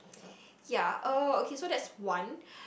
ya uh okay so that's one